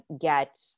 get